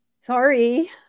Sorry